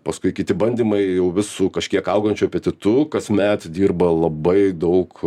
paskui kiti bandymai jau vis su kažkiek augančiu apetitu kasmet dirba labai daug